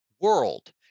world